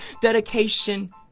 dedication